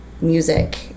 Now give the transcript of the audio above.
music